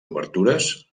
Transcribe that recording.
obertures